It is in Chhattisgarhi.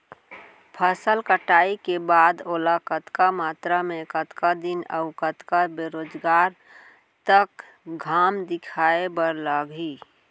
फसल कटाई के बाद ओला कतका मात्रा मे, कतका दिन अऊ कतका बेरोजगार तक घाम दिखाए बर लागही?